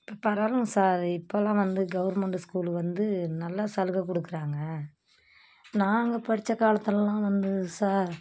இப்போ பரவாயில்லைங்க சார் இப்போல்லாம் வந்து கவுர்மெண்டு ஸ்கூலு வந்து நல்லா சலுகை கொடுக்கறாங்க நாங்கள் படிச்ச காலத்துலெலாம் வந்து சார்